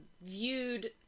Viewed